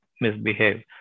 misbehave